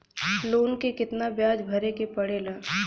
Loan के कितना ब्याज भरे के पड़े ला?